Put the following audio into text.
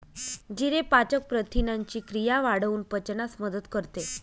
जिरे पाचक प्रथिनांची क्रिया वाढवून पचनास मदत करते